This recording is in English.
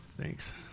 thanks